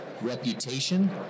reputation